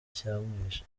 icyamwishe